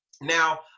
now